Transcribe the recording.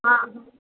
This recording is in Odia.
ହଁ